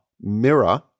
mirror